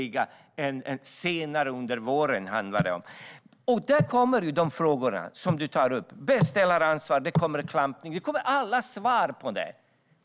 Då kommer det svar på alla de frågor som Edward Riedl tar upp - beställaransvar och klampning.